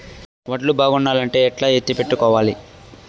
వడ్లు బాగుండాలంటే ఎట్లా ఎత్తిపెట్టుకోవాలి?